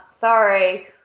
Sorry